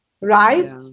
right